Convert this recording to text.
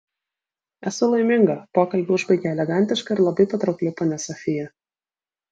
esu laiminga pokalbį užbaigė elegantiška ir labai patraukli ponia sofija